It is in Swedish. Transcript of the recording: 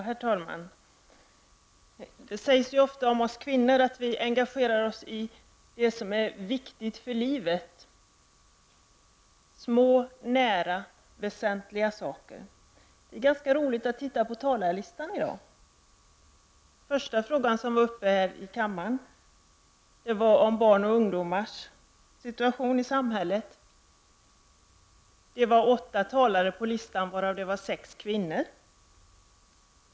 Herr talman! Det sägs ofta att vi kvinnor engagerar oss i det som är viktigt för livet, små nära väsentliga saker. Det är ganska roligt att titta på dagens talarlista. När frågan om barns och ungdomars situation i samhället tidigare diskuterades var det åtta talare uppsatta på listan, varav sex var kvinnor.